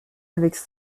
avec